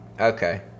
Okay